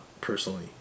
personally